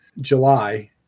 July